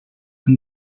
and